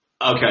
Okay